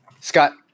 Scott